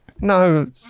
no